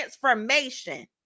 transformation